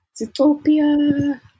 Zootopia